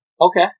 Okay